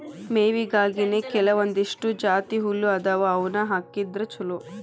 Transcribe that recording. ಮೇವಿಗಾಗಿನೇ ಕೆಲವಂದಿಷ್ಟು ಜಾತಿಹುಲ್ಲ ಅದಾವ ಅವ್ನಾ ಹಾಕಿದ್ರ ಚಲೋ